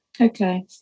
Okay